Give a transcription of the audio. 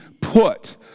put